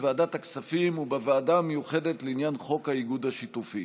בוועדת הכספים ובוועדה המיוחדת לעניין חוק האיגוד השיתופי.